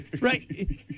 right